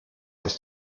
ist